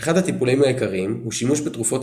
אחד הטיפולים העיקריים הוא שימוש בתרופות